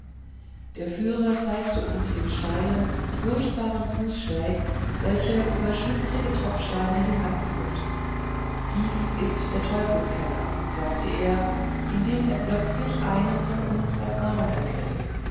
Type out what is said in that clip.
der führer zeigte uns den steilen furchtbaren fußsteig welcher über schlüpfrige tropfsteine hinabführt dies ist der teufelskeller sagte er und indem er plötzlich einen von uns beim arm ergriff